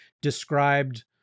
described